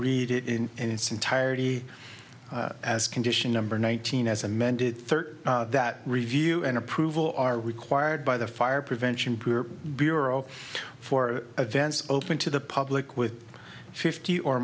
read it in and its entirety as condition number nineteen as amended thirty that review and approval are required by the fire prevention poor bureau for advance open to the public with fifty or